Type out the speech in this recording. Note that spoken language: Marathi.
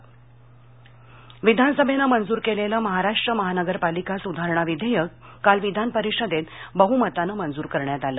महापालिका विधेयक विधानसभेनं मंजूर केलेलं महाराष्ट्र महानगरपालिका सुधारणा विधेयक काल विधानपरिषदेत बहुमतानं मंजूर करण्यात आलं